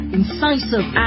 incisive